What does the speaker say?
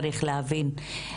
צריך להבין,